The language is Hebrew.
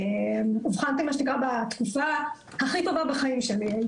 אובחנתי מה שנקרא בתקופה הכי טובה בחיים שלי,